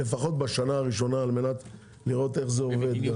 לפחות בשנה הראשונה על מנת לראות איך זה עובד.